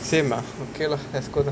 same ah okay lah ex co lah